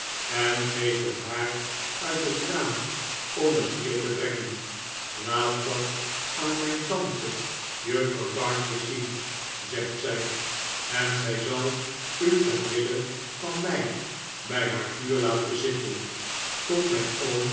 en geeft het haar uit het raam om het hier te brengen laat dat aan mijn tante juffrouw barkis zien zegt zij en zij zal u ter wille van mij bij haar vuur laten zitten tot mijn